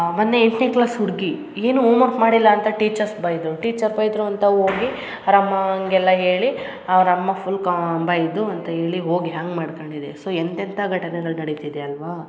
ಮೊನ್ನೆ ಎಂಟನೇ ಕ್ಲಾಸ್ ಹುಡುಗಿ ಏನೋ ಹೋಮ್ವರ್ಕ್ ಮಾಡಿಲ್ಲ ಅಂತ ಟೀಚರ್ಸ್ ಬೈದರು ಟೀಚರ್ ಬೈದರು ಅಂತ ಹೋಗಿ ಅವ್ರ ಅಮ್ಮಾಂಗೆ ಎಲ್ಲ ಹೇಳಿ ಅವ್ರ ಅಮ್ಮ ಫುಲ್ ಕಾ ಬೈದು ಅಂತ ಹೇಳಿ ಹೋಗಿ ಹೆಂಗ್ ಮಾಡ್ಕೊಂಡಿದೆ ಸೊ ಎಂಥೆಂಥ ಘಟನೆಗಳು ನಡಿತಿದೆ ಅಲ್ಲವಾ